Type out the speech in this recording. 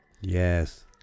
Yes